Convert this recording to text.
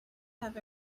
have